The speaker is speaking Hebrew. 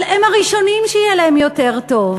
אבל הם הראשונים שיהיה להם יותר טוב.